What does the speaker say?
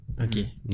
Okay